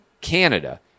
Canada